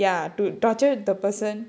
ya to torture the person